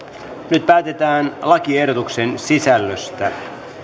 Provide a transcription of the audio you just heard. nyt päätetään lakiehdotuksen sisällöstä